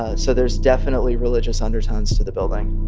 ah so there's definitely religious undertones to the building